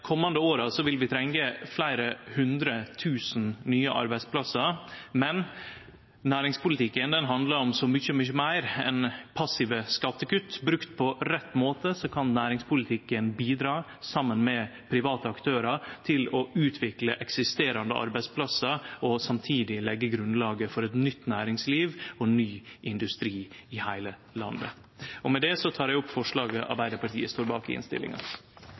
komande åra vil vi trenge fleire hundre tusen nye arbeidsplassar, men næringspolitikken handlar om så mykje, mykje meir enn passive skattekutt. Brukt på rett måte kan næringspolitikken, saman med private aktørar, bidra til å utvikle eksisterande arbeidsplassar og samtidig leggje grunnlaget for eit nytt næringsliv og ny industri i heile landet. Med det tek eg opp forslaget Arbeidarpartiet, saman med andre, står bak i innstillinga.